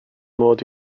mod